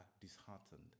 disheartened